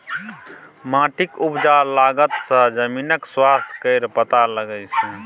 माटिक उपजा तागत सँ जमीनक स्वास्थ्य केर पता लगै छै